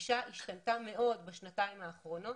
הגישה השתנתה מאוד בשנתיים האחרונות.